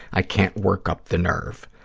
i can't work up the nerve.